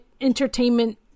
entertainment